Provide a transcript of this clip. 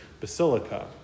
Basilica